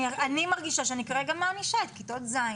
אני מרגישה שאני כרגע מענישה את כיתות ז',